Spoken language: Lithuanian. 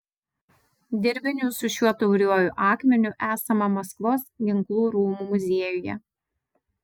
dirbinių su šiuo tauriuoju akmeniu esama maskvos ginklų rūmų muziejuje